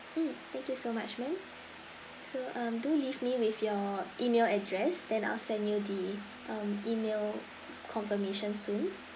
mm thank you so much ma'am so um do leave me with your email address then I'll send you the um email confirmation soon